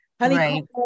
Honeycomb